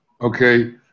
okay